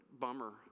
bummer